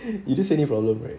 you just any problem right